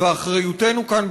ואחריותנו כאן,